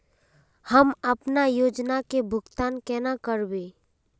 हम अपना योजना के भुगतान केना करबे?